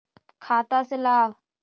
खाता से लाभ?